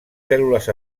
cèl·lules